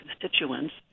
constituents